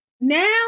Now